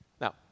Now